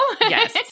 Yes